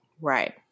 Right